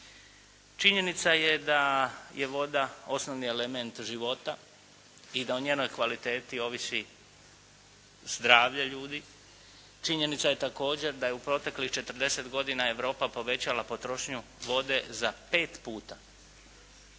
Činjenica je da je voda osnovni element života i da o njenoj kvaliteti ovisi zdravlje ljudi. Činjenica je također da je u proteklih 40 godina Europa povećala potrošnju vode za pet puta.